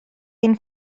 ein